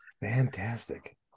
Fantastic